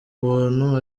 buntu